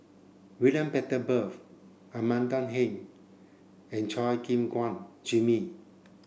William Butterworth Amanda Heng and Chua Gim Guan Jimmy